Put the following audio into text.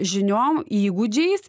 žiniom įgūdžiais